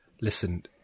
Listen